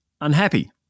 unhappy